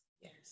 Yes